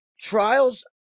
Trials